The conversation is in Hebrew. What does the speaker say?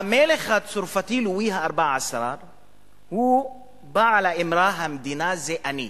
המלך הצרפתי לואי ה-14 הוא בעל האמרה: "המדינה זה אני",